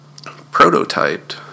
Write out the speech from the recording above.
prototyped